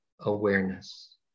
awareness